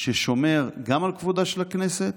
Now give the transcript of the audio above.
ששומר גם על כבודה של הכנסת